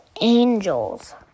Angels